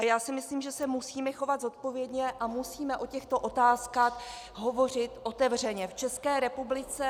Já si myslím, že se musíme chovat zodpovědně a musíme o těchto otázkách hovořit otevřeně v České republice.